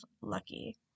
lucky